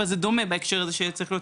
אבל זה דומה בהקשר הזה שצריך להיות